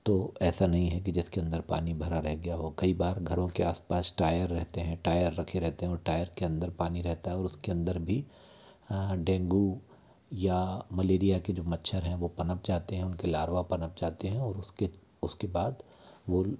तो ऐसा नहीं है कि जिसके अंदर पानी भरा रह गया हो कई बार घरों के आस पास टायर रहते हैं टायर रखे रहते हैं और टायर के अंदर पानी रहता है और उसके अंदर भी डेंगू या मलेरिया के जो मच्छर हैं वो पनप जाते हैं उनके लारवा पनप जाते हैं और उसके उसके बाद वो